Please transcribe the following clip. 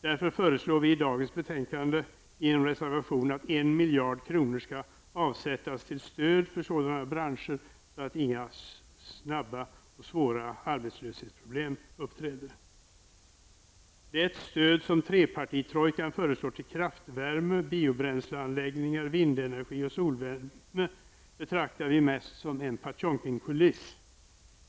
Därför föreslår vi i en reservation till dagens betänkande att 1 miljard kronor avsätts till stöd för sådana branscher, så att inga snabba och svåra arbetslöshetsproblem uppträder. De stöd som trepartitrojkan föreslår till kraftvärme, biobränsleanläggningar, vindenergi och solvärme betraktar vi som en Potemkinkuliss.